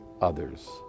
others